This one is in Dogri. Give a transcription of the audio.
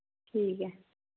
ठीक ऐ